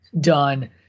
done